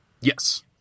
Yes